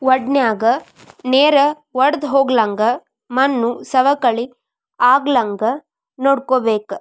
ವಡನ್ಯಾಗ ನೇರ ವಡ್ದಹೊಗ್ಲಂಗ ಮಣ್ಣು ಸವಕಳಿ ಆಗ್ಲಂಗ ನೋಡ್ಕೋಬೇಕ